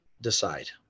decide